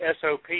SOP